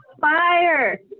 fire